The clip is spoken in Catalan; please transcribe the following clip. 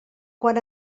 quan